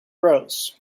rows